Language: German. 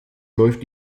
läuft